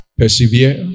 persevere